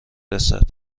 رسد